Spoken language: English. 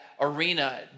arena